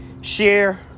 share